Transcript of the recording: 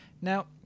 Now